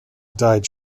died